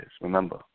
remember